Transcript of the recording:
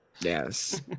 yes